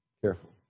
careful